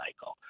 cycle